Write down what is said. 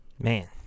Man